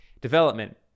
development